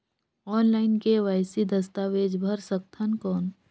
Online KYC दस्तावेज भर सकथन कौन?